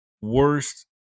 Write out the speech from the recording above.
Worst